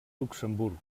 luxemburg